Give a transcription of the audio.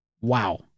Wow